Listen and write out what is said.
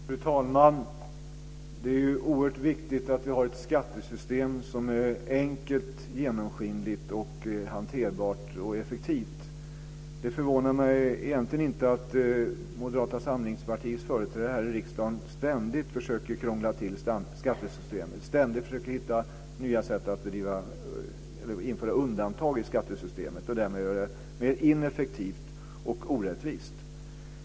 Fru talman! Det är oerhört viktigt att vi har ett skattesystem som är enkelt, genomskinligt, hanterbart och effektivt. Det förvånar mig egentligen inte att Moderata samlingspartiets företrädare här i riksdagen ständigt försöker krångla till skattesystemet och ständigt försöker hitta nya sätt att införa undantag i skattesystemet och därmed göra det mer ineffektivt och orättvist.